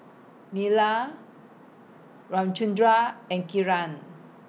Neila Ramchundra and Kiran